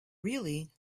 really